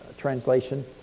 translation